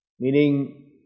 Meaning